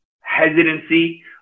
hesitancy